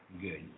Good